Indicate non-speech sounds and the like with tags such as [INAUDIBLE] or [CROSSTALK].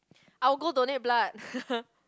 I will go donate blood [LAUGHS]